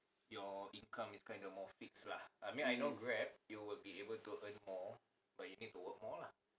mm